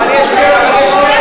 אבל יש שתי הצעות.